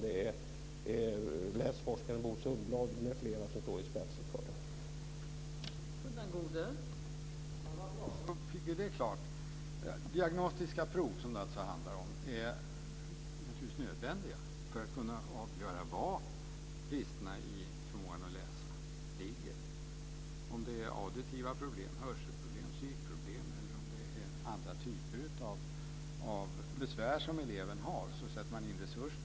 Det är läsforskaren Bo Sundblad m.fl. som står i spetsen för det.